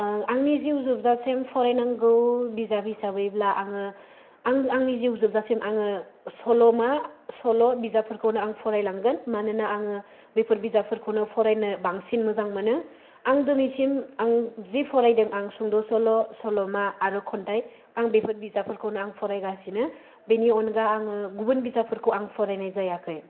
आंनि जिउ जोबजासिम फरायनांगौ बिजाब हिसाबैब्ला आङो आंनि जिउ जोबासिम आङो सल'मा सल' बिजाबफोरखौनो आं फरायलांगोन मानोना आङो बेफोर बिजाबफोरखौनो फरायनो बांसिन मोजां मोनो आं दिनैसिम आं जि फरायदों आं सुंद' सल' सल'मा आरो खन्थाइ आं बेफोर बिजाबफोरखौनो आं फरायगासिनो बेनि अनगा आङो गुबुन बिजाबफोरखौ आङो फरायनाय जायाखै